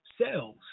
cells